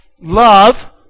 love